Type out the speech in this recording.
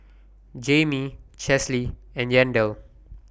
Jayme Chesley and Yandel